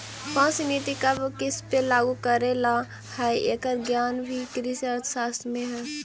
कौनसी नीति कब किसपे लागू करे ला हई, एकर ज्ञान भी कृषि अर्थशास्त्र में हई